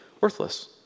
worthless